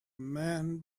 man